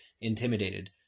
intimidated